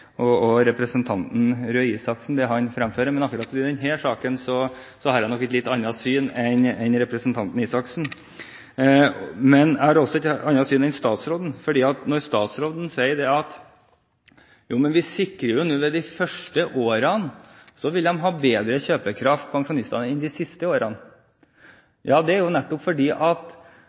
og representanten Røe Isaksen, fremfører, men akkurat i denne saken har jeg nok et litt annet syn enn representanten Røe Isaksen. Jeg har også et annet syn enn statsråden når hun sier at de sikrer at pensjonistene vil ha bedre kjøpekraft de første årene enn de siste årene. Det er nettopp fordi at for hvert år man er pensjonist, vil man tape mer og mer kjøpekraft med de nye reguleringsprinsippene. Det mener Fremskrittspartiet er